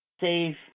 save